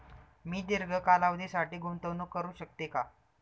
मी दीर्घ कालावधीसाठी गुंतवणूक करू शकते का?